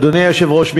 אדוני היושב-ראש,